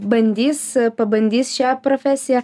bandys pabandys šią profesiją